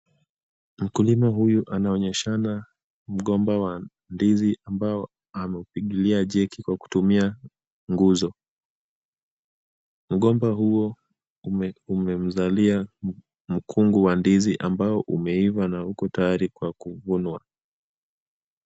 Mkulima huyu anaonyeshana mgomba wa ndizi ambao ameupigilia jeki kwa kutumia nguzo. Mgomba huo umemzalia mkungu wa ndizi ambao umeuiva na uko tayari kwa kuvunwa.